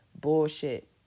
bullshit